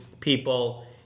people